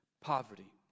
poverty